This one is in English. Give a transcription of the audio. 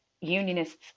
Unionists